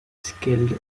skilled